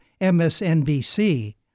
MSNBC